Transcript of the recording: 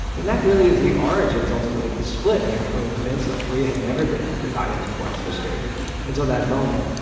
and that really is the origins ultimately of the split in the korean peninsula. korea had never been divided before in its history until that moment.